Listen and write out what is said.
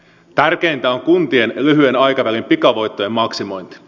tärkeintä on kuntien lyhyen aikavälin pikavoittojen maksimointi